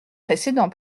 précèdent